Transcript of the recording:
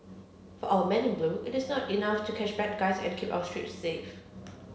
for our men in blue it's not enough to catch bad guys and keep our streets safe